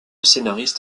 scénariste